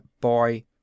boy